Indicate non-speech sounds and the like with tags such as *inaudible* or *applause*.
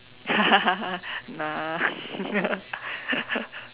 *laughs* nah *laughs*